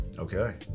Okay